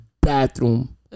bathroom